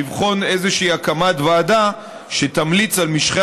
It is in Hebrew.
לבחון איזושהי הקמת ועדה שתמליץ על משכי